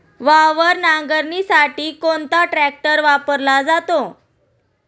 वावर नांगरणीसाठी कोणता ट्रॅक्टर वापरला जातो?